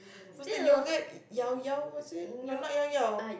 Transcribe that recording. what's the yoghurt Llao Llao was it no not Llao Llao